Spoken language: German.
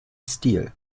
stil